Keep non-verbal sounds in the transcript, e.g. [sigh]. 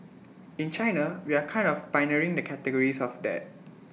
[noise] in China we are kind of pioneering the categories of that